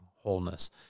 wholeness